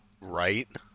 Right